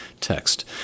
text